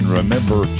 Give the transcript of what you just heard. remember